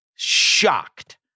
Shocked